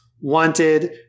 wanted